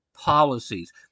policies